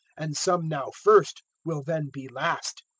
and some now first will then be last.